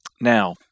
Now